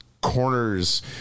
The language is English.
corners